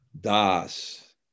Das